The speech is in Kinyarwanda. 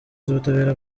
z’ubutabera